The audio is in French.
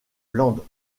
land